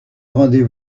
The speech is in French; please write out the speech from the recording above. rendez